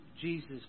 Jesus